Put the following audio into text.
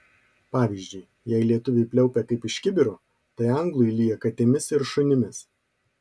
pavyzdžiui jei lietuviui pliaupia kaip iš kibiro tai anglui lyja katėmis ir šunimis